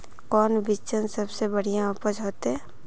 कौन बिचन सबसे बढ़िया उपज होते?